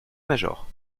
major